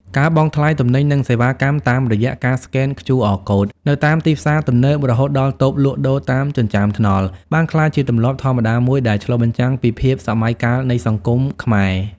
ការបង់ថ្លៃទំនិញ និងសេវាកម្មតាមរយៈការស្កែន QR Code នៅតាមទីផ្សារទំនើប រហូតដល់តូបលក់ដូរតាមចិញ្ចើមថ្នល់ បានក្លាយជាទម្លាប់ធម្មតាមួយដែលឆ្លុះបញ្ចាំងពីភាពសម័យកាលនៃសង្គមខ្មែរ។